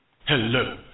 Hello